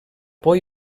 por